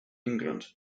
england